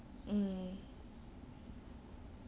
mm